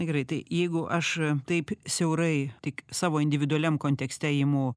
na gerai tai jeigu aš taip siaurai tik savo individualiam kontekste imu